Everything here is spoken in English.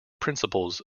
principles